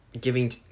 Giving